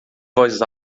voz